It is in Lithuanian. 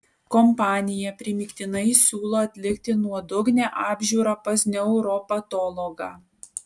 kompanija primygtinai siūlo atlikti nuodugnią apžiūrą pas neuropatologą